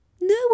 no